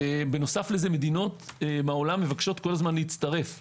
בנוסף לזה מדינות מהעולם כל הזמן מבקשות להצטרף כחברות,